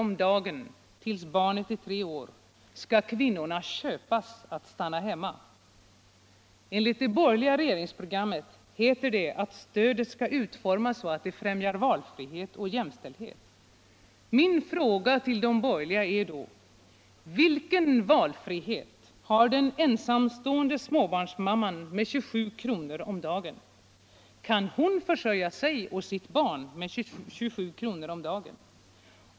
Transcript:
om dagen tills barnet är tre år skall kvinnorna köpas att stanna hemma. I det borgerliga regeringsprogrammet heter det att stödet skall utformas så att det främjar valfrihet och jämställdhet. Min fråga till de borgerliga är då: 'Vilken valfrihet har den ensamstående småbarnsmamman med 27 kr. om dagen? Kan hon försörja sig och sitt barn på 27 kr. om dagen?